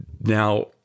Now